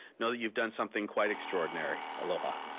no you have done something quite extraordinary. aloha.